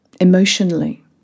Emotionally